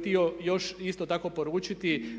htio još isto tako poručiti